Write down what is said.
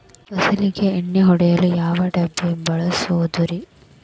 ಫಸಲಿಗೆ ಎಣ್ಣೆ ಹೊಡೆಯಲು ಯಾವ ಡಬ್ಬಿ ಬಳಸುವುದರಿ?